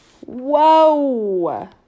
Whoa